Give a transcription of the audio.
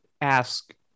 ask